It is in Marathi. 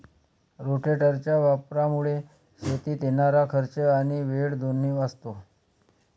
रोटेटरच्या वापरामुळे शेतीत येणारा खर्च आणि वेळ दोन्ही वाचतो